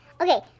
Okay